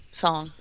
song